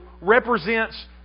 represents